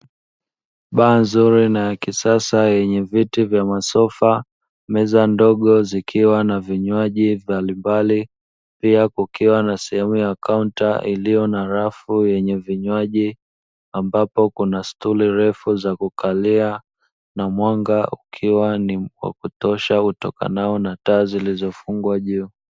Baa nzuri na ya kisasa yenye viti vya masofa, meza ndogo zikiwa na vinywaji mbalimbali, pia kukiwa na sehemu ya kaunta iliyo na rafu ya vinywaji, ambapo kuna stuli refu za kukalia na mwanga ukiwa ni wa kutosha utokanao na taa zilizofungwa juu.